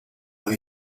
when